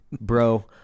bro